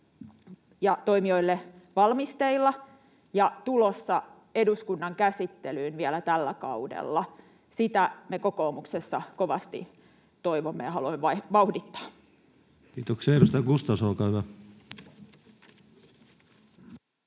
ja toimijoille valmisteilla ja tulossa eduskunnan käsittelyyn vielä tällä kaudella? Sitä me kokoomuksessa kovasti toivomme ja haluamme vauhdittaa. Kiitoksia. — Edustaja Gustafsson, olkaa hyvä.